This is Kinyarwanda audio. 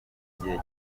gihe